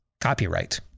Copyright